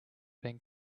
been